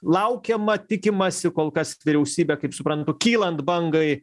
laukiama tikimasi kol kas vyriausybė kaip suprantu kylant bangai